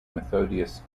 methodius